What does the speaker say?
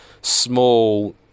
small